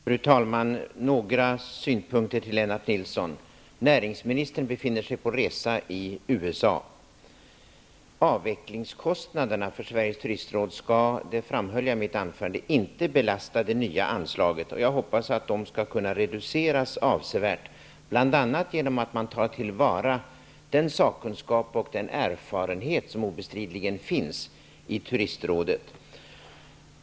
Fru talman! Jag vill framföra några synpunkter till Lennart Nilsson. Näringsministern befinner sig på resa i USA. Avvecklingskostnaderna för Sveriges turistråd skall inte, vilket jag framhöll i mitt anförande, belasta det nya anslaget. Jag hoppas att de skall kunna reduceras avsevärt, bl.a. genom att man tar till vara den sakkunskap och den erfarenhet som obestridligen finns i Turistrådet.